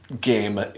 game